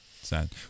sad